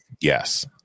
Yes